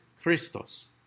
Christos